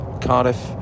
Cardiff